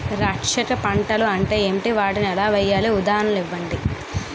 రక్షక పంటలు అంటే ఏంటి? వాటిని ఎలా వేయాలి? ఉదాహరణలు ఇవ్వండి?